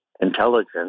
Intelligence